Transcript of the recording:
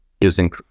using